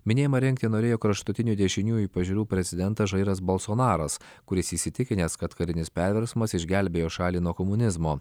minėjimą rengti norėjo kraštutinių dešiniųjų pažiūrų prezidentas žairas bolsonaras kuris įsitikinęs kad karinis perversmas išgelbėjo šalį nuo komunizmo